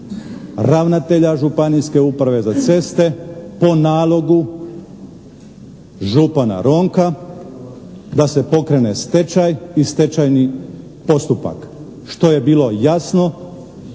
ravnatelja Županijske uprave za ceste po nalogu župana Ronka da se pokrene stečaj i stečajni postupak. Što je bilo jasno,